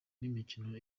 n’imikino